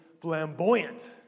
flamboyant